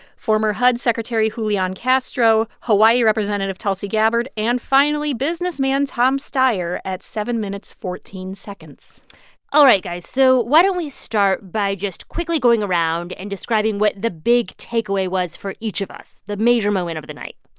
former hud secretary julian castro, castro, hawaii representative tulsi gabbard and finally, businessman tom steyer at seven minutes, fourteen seconds all right, guys. so why don't we start by just quickly going around and describing what the big takeaway was for each of us the major moment of the night?